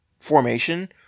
Formation